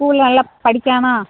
ஸ்கூலில் நல்லா படிக்கிறானா